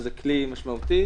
זה כלי משמעותי.